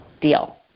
deal